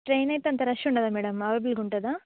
train అయితే అంత rush ఉండదా మేడం అవైలబుల్గా ఉంటుందా